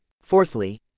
Fourthly